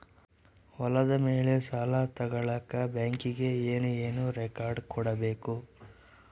ಹೊಲದ ಮೇಲೆ ಸಾಲ ತಗಳಕ ಬ್ಯಾಂಕಿಗೆ ಏನು ಏನು ರೆಕಾರ್ಡ್ಸ್ ಕೊಡಬೇಕು?